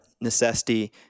Necessity